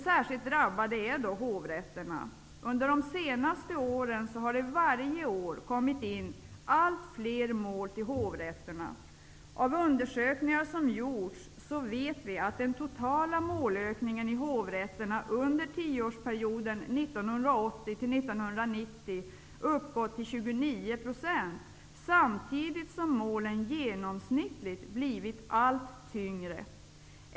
Särskilt drabbade är hovrätterna. Under de senaste åren har det varje år kommit in allt fler mål till hovrätterna. Av undersökningar som gjorts vet vi att den totala målökningen i hovrätterna under tioårsperioden 1980--1990 har uppgått till 29 %, samtidigt som målen genomsnittligt har blivit allt tyngre.